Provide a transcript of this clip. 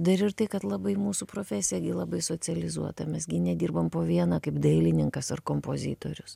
dar ir tai kad labai mūsų profesija labai socializuota mes gi nedirbam po vieną kaip dailininkas ar kompozitorius